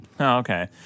okay